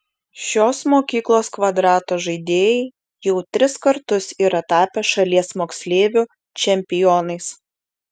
šios mokyklos kvadrato žaidėjai jau tris kartus yra tapę šalies moksleivių čempionais